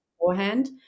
beforehand